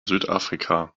südafrika